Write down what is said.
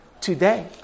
today